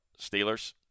Steelers